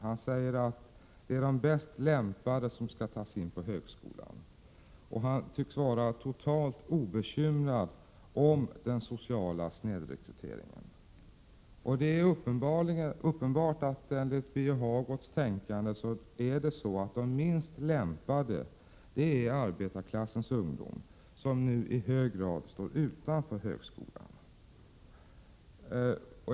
Han säger att det är de mest lämpade som skall antas till högskoleutbildning. Han tycks vara totalt obekymrad över den sociala snedrekryteringen. Uppenbarligen är det arbetarklassens ungdomar som, enligt Birger Hagård, är de minst lämpade, och det är de som nu står utanför högskolan.